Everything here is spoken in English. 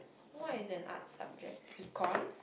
what is an art subject econs